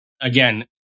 again